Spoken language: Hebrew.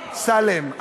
סלֵאם.